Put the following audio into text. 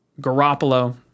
Garoppolo